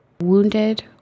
wounded